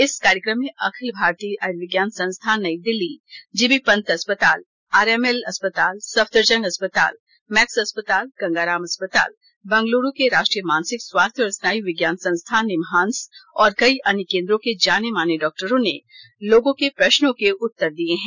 इस कार्यक्रम में अखिल भारतीय आयुर्विज्ञान संस्थान नई दिल्ली जीबीपंत अस्पताल आरएमएल अस्पताल सफदरजंग अस्पताल मैक्स अस्पताल गंगाराम अस्पताल बंगलुरु के राष्ट्रीय मानसिक स्वास्थ्य और स्नायु विज्ञान संस्थान निम्हांस और कई अन्य केन्द्रों के जाने माने डॉक्टरों ने लोगों के प्रश्नों के उत्तर दिये हैं